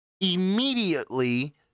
immediately